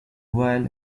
wild